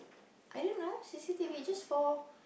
I don't know c_c_t_v just for